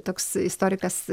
toks istorikas